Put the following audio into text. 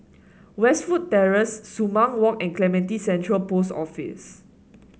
Westwood Terrace Sumang Walk and Clementi Central Post Office